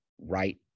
right